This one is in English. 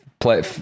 Play